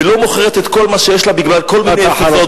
ולא מוכרת את כל מה שיש לה בגלל כל מיני אפיזודות.